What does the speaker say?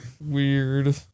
Weird